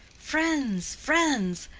friends, friends!